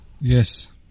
Yes